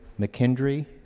McKendry